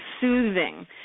soothing